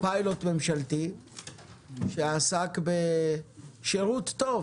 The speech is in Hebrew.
פיילוט ממשלתי שעסק בשירות טוב,